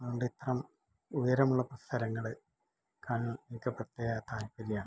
അതുകൊണ്ടിപ്പം ഉയരമുള്ള സ്ഥലങ്ങള് കാണാൻ എനിക്ക് പ്രത്യേക താൽപ്പര്യമാണ്